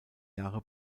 jahre